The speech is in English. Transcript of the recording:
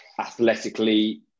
athletically